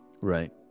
Right